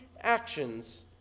actions